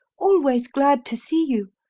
always glad to see you.